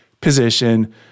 position